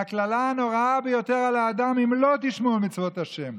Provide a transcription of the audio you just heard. והקללה הנוראה ביותר על האדם: "אם לא תשמעו אל מצות ה'",